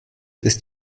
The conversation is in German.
ist